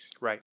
Right